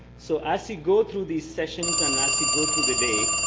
so as you go through these sessions, and as you go through the day,